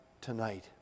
tonight